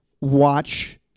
watch